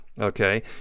Okay